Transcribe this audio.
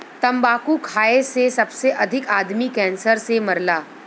तम्बाकू खाए से सबसे अधिक आदमी कैंसर से मरला